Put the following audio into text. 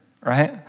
right